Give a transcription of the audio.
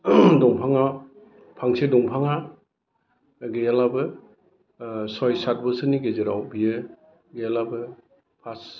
दंफाङा फांसे दंफाङा गैयालाबो सय सातबोसोरनि गेजेराव बियो गैयालाबो फास